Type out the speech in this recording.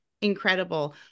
incredible